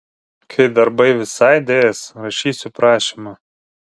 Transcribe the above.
kai darbai visai daės rašysiu prašymą